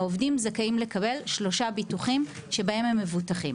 העובדים זכאים לקבל שלושה ביטוחים שבהם הם מבוטחים.